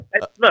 Look